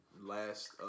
last